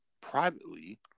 privately